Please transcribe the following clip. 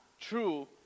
true